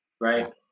right